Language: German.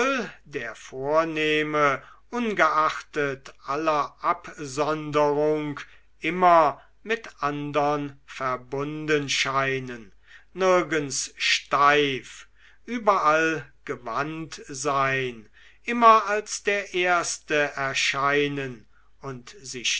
der vornehme ungeachtet aller absonderung immer mit andern verbunden scheinen nirgends steif überall gewandt sein immer als der erste erscheinen und sich